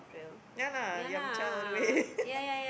ya lah yum-cha all the way